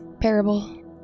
parable